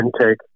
intake